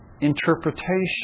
interpretation